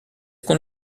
qu’on